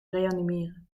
reanimeren